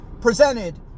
presented